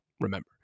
remember